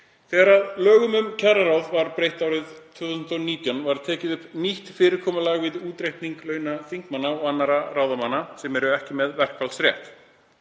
Þegar lögum um kjararáð var breytt árið 2019 var tekið upp nýtt fyrirkomulag við útreikning launa þingmanna og annarra ráðamanna sem eru ekki með verkfallsrétt.